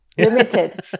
Limited